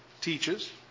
teaches